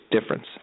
difference